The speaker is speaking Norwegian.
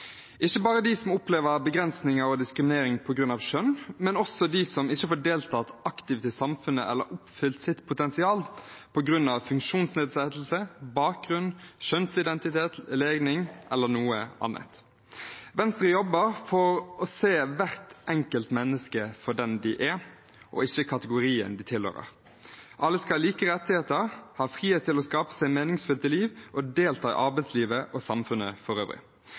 ikke bare dem som opplever begrensninger og diskriminering på grunn av kjønn, men også dem som ikke får deltatt aktivt i samfunnet eller oppfylt sitt potensial på grunn av funksjonsnedsettelse, bakgrunn, kjønnsidentitet, legning eller noe annet. Venstre jobber for å se hvert enkelt menneske for den det er, ikke kategorien det tilhører. Alle skal ha like rettigheter og frihet til å skape seg meningsfylte liv og delta i arbeidslivet og samfunnet for øvrig.